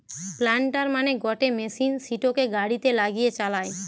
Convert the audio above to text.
planter মানে গটে machine সিটোকে গাড়িতে লাগিয়ে চালায়